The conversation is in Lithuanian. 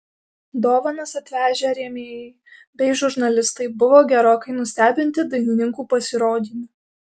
dovanas atvežę rėmėjai bei žurnalistai buvo gerokai nustebinti dainininkų pasirodymu